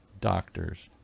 doctors